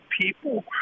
people